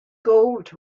gold